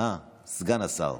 סגן השר.